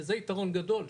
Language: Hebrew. שזה יתרון גדול,